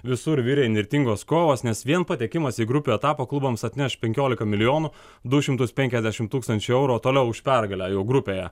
visur virė įnirtingos kovos nes vien patekimas į grupių etapą klubams atneš penkiolika milijonų du šimtus penkiasdešim tūkstančių eurų o toliau už pergalę jau grupėje